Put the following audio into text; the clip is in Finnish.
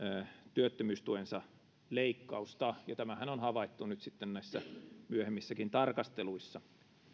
työttömyystukensa leikkausta ja tämähän on havaittu nyt sitten näissä myöhemmissäkin tarkasteluissa